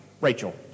Rachel